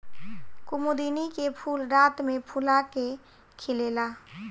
कुमुदिनी के फूल रात में फूला के खिलेला